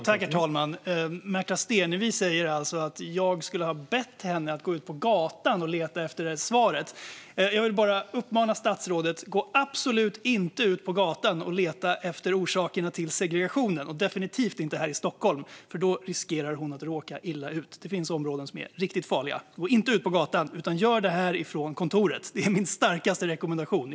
Herr talman! Märta Stenevi säger att jag skulle ha bett henne att gå ut på gatan och leta efter svar. Jag vill bara uppmana statsrådet att absolut inte gå ut på gatan och leta efter orsakerna till segregationen och definitivt inte här i Stockholm, för då riskerar hon att råka illa ut. Det finns områden som är riktigt farliga. Gå inte ut på gatan, utan gör detta från kontoret! Det är min starkaste rekommendation.